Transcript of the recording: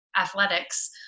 athletics